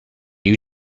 you